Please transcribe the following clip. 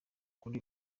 kuri